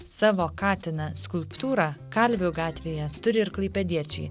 savo katiną skulptūra kalvių gatvėje turi ir klaipėdiečiai